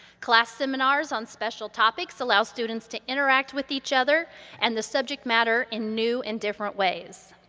class seminars on special topics allow students to interact with each other and the subject matter in new and different ways.